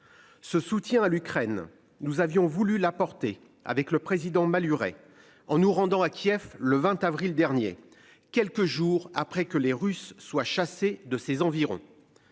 Ce soutien à l'Ukraine. Nous avions voulu la portée avec le président Maluret en nous rendant à Kiev, le 20 avril dernier, quelques jours après que les Russes soient chassés de ses environs.